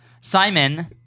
Simon